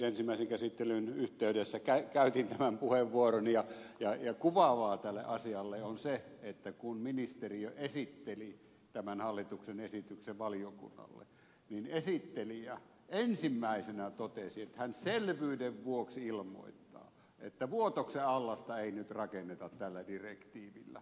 ensimmäisen käsittelyn yhteydessä käytin tämän puheenvuoron ja kuvaavaa tälle asialle on se että kun ministeriö esitteli tämän hallituksen esityksen valiokunnalle niin esittelijä ensimmäisenä totesi että hän selvyyden vuoksi ilmoittaa että vuotoksen allasta ei nyt rakenneta tällä direktiivillä